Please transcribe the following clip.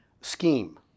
scheme